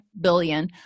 billion